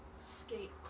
skate